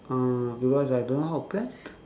uh because I don't know how to plan